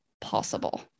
possible